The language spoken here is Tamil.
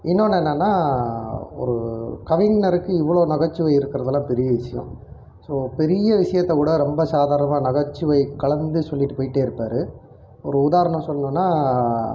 இன்னோன்று என்னன்னால் ஒரு கவிஞருக்கு இவ்வளோ நகைச்சுவை இருக்கிறதெல்லாம் பெரிய விஷயம் ஸோ பெரிய விஷயத்தக்கூட ரொம்ப சாதாரணமாக நகைச்சுவை கலந்து சொல்லிகிட்டு போயிட்டே இருப்பார் ஒரு உதாரணம் சொல்லணுன்னா